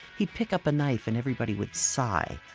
he'd pick up a knife and everybody would sigh.